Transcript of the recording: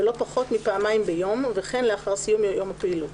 ולא פחות מפעמיים ביום וכן לאחר סיום יום הפעילות,